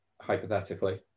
hypothetically